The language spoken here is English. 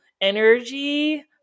energy